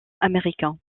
américains